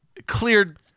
cleared